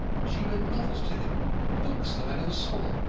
she read novels to him books that i never saw,